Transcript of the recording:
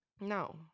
no